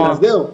אז זהו,